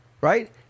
right